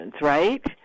right